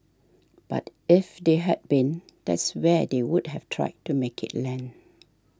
but if they had been that's where they would have tried to make it land